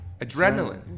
Adrenaline